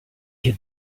had